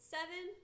Seven